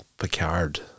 Picard